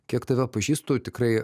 kiek tave pažįstu tikrai